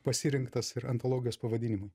pasirinktas ir antologijos pavadinimu